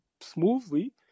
smoothly